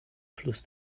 fluss